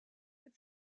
but